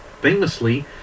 famously